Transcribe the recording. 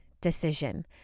decision